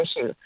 issue